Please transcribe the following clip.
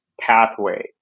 pathway